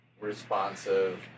responsive